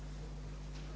Hvala